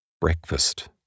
Breakfast